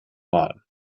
mal